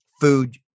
food